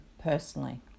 personally